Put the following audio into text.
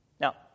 Now